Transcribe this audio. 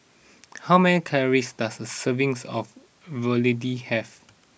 how many calories does a servings of Ravioli have